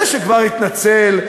זה שכבר התנצל,